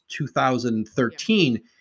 2013